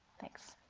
thanks.